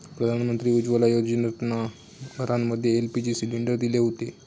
प्रधानमंत्री उज्ज्वला योजनेतना घरांमध्ये एल.पी.जी सिलेंडर दिले हुते